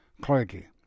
clergy